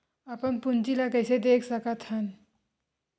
अपन पूंजी ला कइसे देख सकत हन?